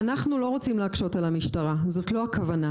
אנחנו לא רוצים להקשות על המשטרה, זאת לא הכוונה.